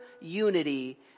unity